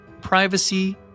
privacy